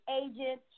agent